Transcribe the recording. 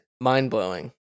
mind-blowing